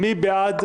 מי בעד?